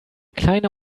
kleine